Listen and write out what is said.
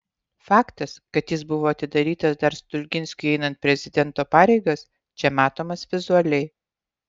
faktas kad jis buvo atidarytas dar stulginskiui einant prezidento pareigas čia matomas vizualiai